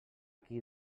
qui